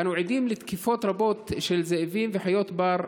אנו עדים לתקיפות רבות של זאבים וחיות בר,